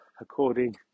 according